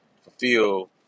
fulfill